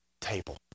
table